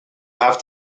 have